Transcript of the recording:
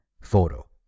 photo